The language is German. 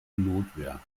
notwehr